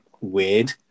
weird